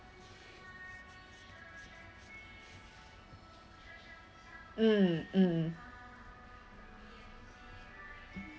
mm mm